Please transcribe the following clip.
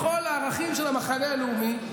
בכל הערכים של המחנה הלאומי,